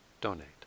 donate